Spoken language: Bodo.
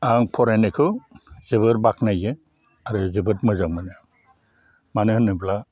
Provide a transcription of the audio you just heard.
आं फरायनायखौ जोबोर बाख्नायो आरो जोबोर मोजां मोनो मानो होनोब्ला